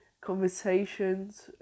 conversations